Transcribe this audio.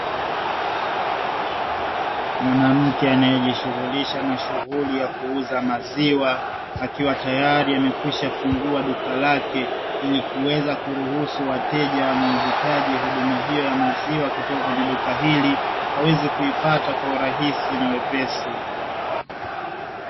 Mwanamke anayejishughulisha na shughuli ya kuuza maziwa akiwa tayari amekwishafungua duka lake, ili kuweza kuruhusu wateja wanaohitaji huduma hiyo ya maziwa kutoka kwenye duka hili, waweze kuipata kwa urahisi na wepesi.